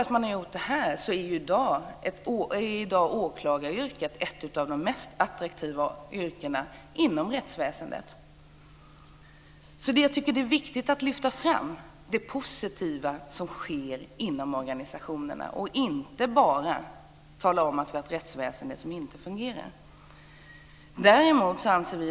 Till följd av det arbetet är åklagaryrket i dag ett av de mest attraktiva yrkena inom rättsväsendet. Det är viktigt att lyfta fram det positiva som sker inom organisationerna och inte bara tala om att vi har ett rättsväsende som inte fungerar.